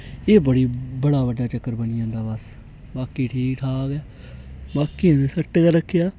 एह् बड़ा बड्डा चक्कर बनी जंदा बस बाकि ठीक ठाक ऐ बाकि ते सैट गै रक्खेआ